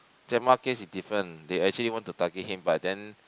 Jenmah case is different they actually want to target him but then